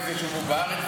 באיזה יישוב בארץ,